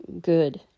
Good